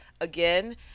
again